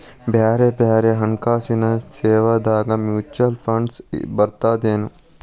ಬ್ಯಾರೆ ಬ್ಯಾರೆ ಹಣ್ಕಾಸಿನ್ ಸೇವಾದಾಗ ಮ್ಯುಚುವಲ್ ಫಂಡ್ಸ್ ಬರ್ತದೇನು?